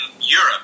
Europe